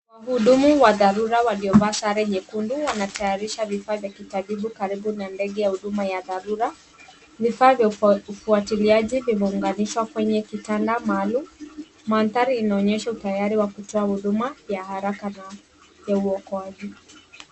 Wahudumu wa dharura waliovaa sare nyekundu wanatayarisha vifaa vya kitabibu karibu na ndege ya huduma ya dharura . Vifaa vya ufuatiliaji vimeunganishwa kwenye kitanda maalum . Mandhari inaonyesha utayari wa kutoa huduma ya haraka na ya uokoaji.